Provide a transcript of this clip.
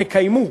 תקיימו.